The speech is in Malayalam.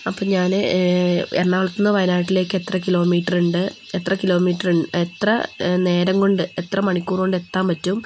അപ്പോൾ ഞാൻ എറണാകുളത്തു നിന്ന് വയനാട്ടിലേക്ക് എത്ര കിലോമീറ്ററുണ്ട് എത്ര കിലോമീറ്റർ എത്ര നേരം കൊണ്ട് എത്ര മണിക്കൂറുകൊണ്ട് എത്താൻ പറ്റും